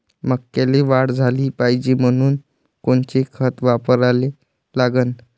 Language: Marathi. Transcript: मक्याले वाढ झाली पाहिजे म्हनून कोनचे खतं वापराले लागन?